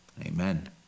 amen